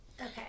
okay